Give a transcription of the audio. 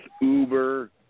Uber